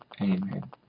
Amen